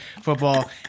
football